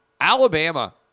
Alabama